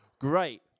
Great